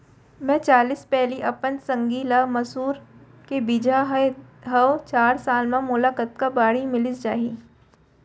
मैं चालीस पैली अपन संगी ल मसूर के बीजहा दे हव चार साल म मोला कतका बाड़ही मिलिस जाही?